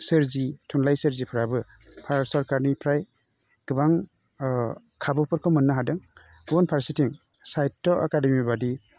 सोरजि थुनलाइ सोरजिफ्राबो भारत सोरकारनिफ्राइ गोबां ओह खाबुफोरखौ मोनो हादों गुबुन फारसेथिं साहित एकाडेमि बायदि